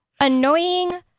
annoying